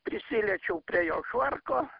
prisiliečiau prie jo švarko